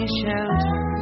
shelter